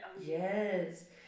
Yes